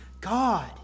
God